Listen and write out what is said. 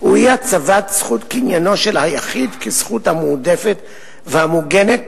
הוא אי-הצבת זכות קניינו של היחיד כזכות המועדפת והמוגנת